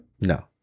No